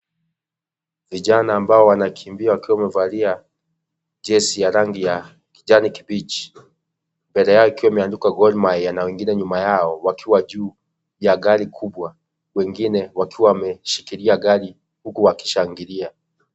Vijana ambao wanakimbia wakiwamevalia jezi ya rangi ya kijani kibichi, mbele yao ikiwa imeandikwa Gorrmahia na wengine nyuma yao wakiwa juu ya gari kubwa wengine wakiwawameshikilia gari huku wakishangilia .